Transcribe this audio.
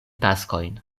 taskojn